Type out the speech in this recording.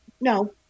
no